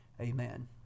amen